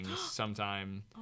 sometime